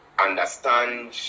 understand